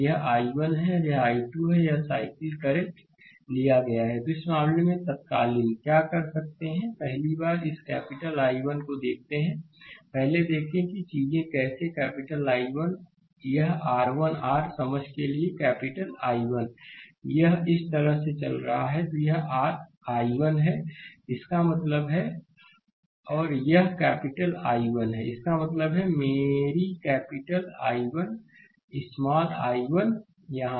यह I1 है और यह I2 है साइक्लिक करंट लिया गया है तो इस मामले में तत्कालीन क्या कर सकते हैं पहली बार इस कैपिटल I1 को देखते हैं पहले देखें कि यह चीजें कैसे कैपिटल I1 हैं यह R1 r समझ के लिए कैपिटल I1 है यह इस तरह से चल रहा है तो यह r I1 है इसका मतलब है और यह कैपिटल I1 है इसका मतलब है मेरी कैपिटल I1 स्मॉल I1 यहाँ